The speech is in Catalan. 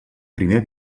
primer